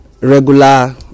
regular